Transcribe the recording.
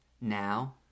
Now